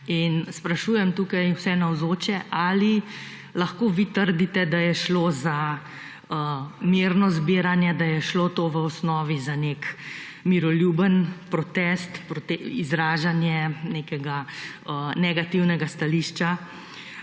In sprašujem tukaj vse navzoče, ali lahko vi trdite, da je šlo za mirno zbiranje, da je šlo to v osnovi za nek miroljuben protest, izražanje nekega negativnega stališča,